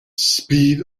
speed